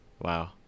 Wow